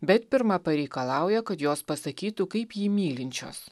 bet pirma pareikalauja kad jos pasakytų kaip jį mylinčios